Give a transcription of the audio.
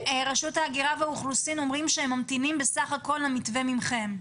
רשות ההגירה והאוכלוסין אומרים שהם ממתינים למתווה מכם.